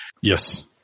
Yes